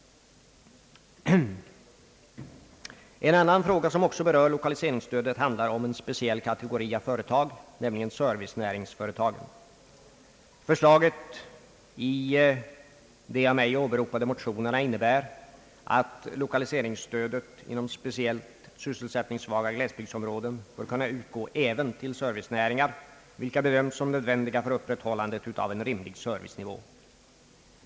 En annan fråga som också berör lokaliseringsstödet handlar om en speciell kategori av företag, nämligen servicenäringsföretagen. Förslaget i de av mig åberopade motionerna innebär att lokaliseringsstödet inom speciellt sysselsättningssvaga glesbygdsområden bör kunnat utgå även till servicenäringar vilka bedöms som nödvändiga för upprätthållande av en rimlig servicenivå.